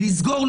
לסגור,